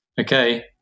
Okay